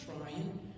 trying